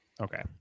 okay